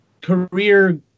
career